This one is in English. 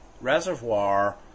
reservoir